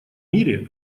мире